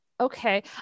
Okay